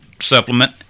supplement